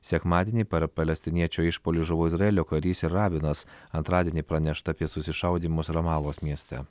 sekmadienį per palestiniečio išpuolį žuvo izraelio karys ir rabinas antradienį pranešta apie susišaudymus ramalos mieste